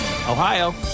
Ohio